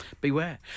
Beware